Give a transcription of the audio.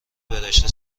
برشته